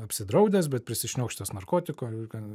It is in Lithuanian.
apsidraudęs bet prisišniaukštęs narkotikų ir ką